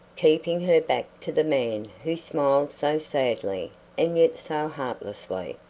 keeping her back to the man who smiled so sadly and yet so heartlessly.